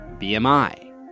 BMI